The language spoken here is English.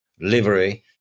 livery